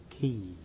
keys